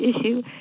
issue